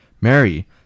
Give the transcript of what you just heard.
Mary